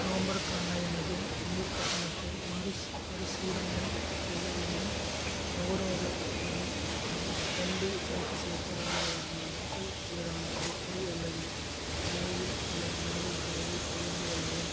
நவம்பருக்கான எனது நீர் கட்டணத்தை மறு பரிசீலனை செய்ய வேண்டும் நுகர்வோர் ஐடி ரெண்டு சைஃபர் சைஃபர் ஆறு ஆறு நாலுக்கு எதிரான அறிக்கை அல்லது நிலுவையில் உள்ள நிலுவைத் தொகையைப் பகிர்ந்து கொள்ளவும்